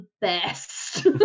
best